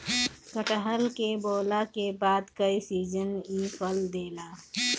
कटहल के बोअला के बाद कई सीजन इ फल देला